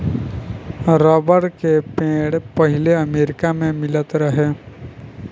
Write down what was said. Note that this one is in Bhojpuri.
रबर के पेड़ पहिले अमेरिका मे मिलत रहे